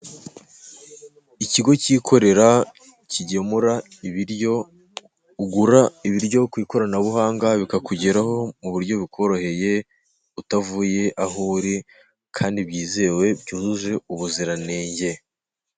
Ikigo kikorera kigemura ibiryo ugura ibiryo ku ikoranabuhanga bikakugeraho mu buryo bukoroheye utavuye aho uri kandi byizewe byujuje ubuziranenge.